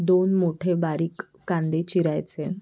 दोन मोठे बारीक कांदे चिरायचे